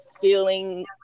feeling